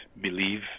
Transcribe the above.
believe